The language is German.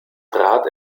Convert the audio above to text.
trat